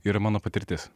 yra mano patirtis